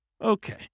Okay